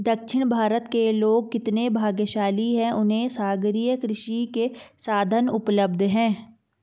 दक्षिण भारत के लोग कितने भाग्यशाली हैं, उन्हें सागरीय कृषि के साधन उपलब्ध हैं